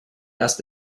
erst